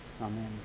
Amen